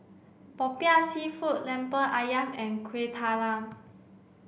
Popiah Seafood Lemper Ayam and Kuih Talam